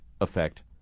effect